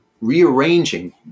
rearranging